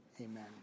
Amen